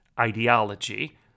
ideology